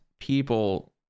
people